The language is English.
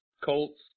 Colts